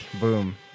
boom